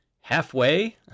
Halfway